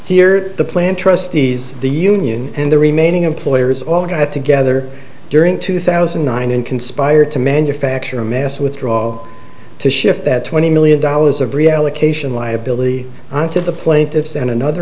here the plan trustees the union and the remaining employers all got together during two thousand and nine and conspired to manufacture a mass withdraw to shift that twenty million dollars of reallocation liability to the plaintiffs and another